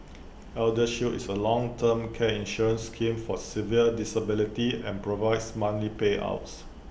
eldershield is A long term care insurance scheme for severe disability and provides monthly payouts